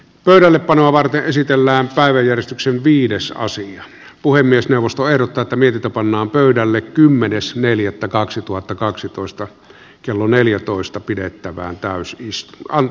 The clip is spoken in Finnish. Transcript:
pöydällepanoa varten esitellään päiväjärjestyksen viidesosa puhemiesneuvosto ehdottaatomilta pannaan pöydälle kymmenes neljättä kaksituhattakaksitoista kello neljätoista pidettävään taas miss b